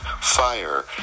fire